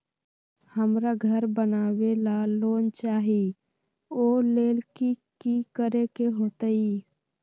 हमरा घर बनाबे ला लोन चाहि ओ लेल की की करे के होतई?